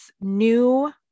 new